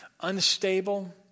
unstable